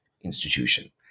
institution